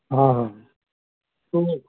ہاں ہاں تو